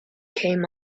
came